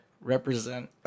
Represent